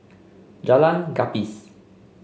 Jalan Gapis